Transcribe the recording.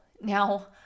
Now